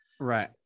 Right